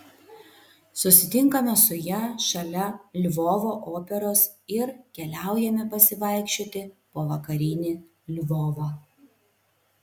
susitinkame su ja šalia lvovo operos ir keliaujame pasivaikščioti po vakarinį lvovą